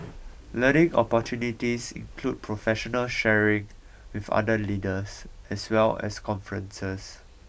learning opportunities include professional sharing with other leaders as well as conferences